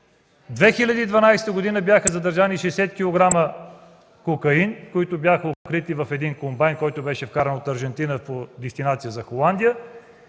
В 2012 г. бяха задържани 60 кг кокаин, които бяха укрити в един комбайн, който беше вкаран от Аржентина по дестинация за Холандия.